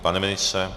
Pane ministře?